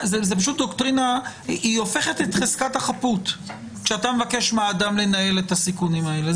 היא פשוט הופכת את חזקת החפות כשאתה מבקש מאדם לנהל סיכון כזה.